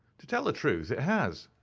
to tell the truth, it has,